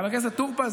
חבר הכנסת טור פז,